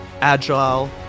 agile